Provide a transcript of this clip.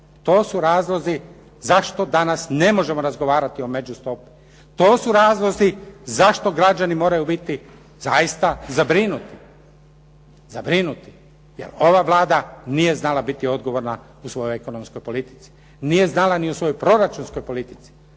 To su razlozi zašto danas ne možemo razgovarati o međustopi. To su razlozi zašto građani moraju biti zaista zabrinuti, jer ova Vlada nije znala biti odgovorna u svojoj ekonomskoj politici, nije znala ni o svojoj proračunskoj politici